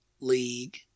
league